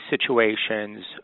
situations